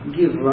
give